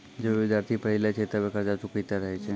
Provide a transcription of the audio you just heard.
जबे विद्यार्थी पढ़ी लै छै तबे कर्जा चुकैतें रहै छै